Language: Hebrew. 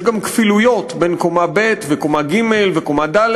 יש גם כפילויות בין קומה ב' וקומה ג' וקומה ד',